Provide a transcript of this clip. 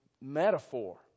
metaphor